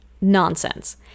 nonsense